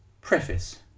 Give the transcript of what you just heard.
Preface